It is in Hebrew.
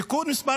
תיקון מס'